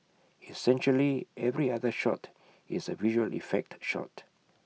essentially every other shot is A visual effect shot